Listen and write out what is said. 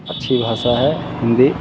अच्छी भाषा है हिन्दी